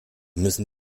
müssen